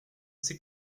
c’est